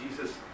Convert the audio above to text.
Jesus